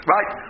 Right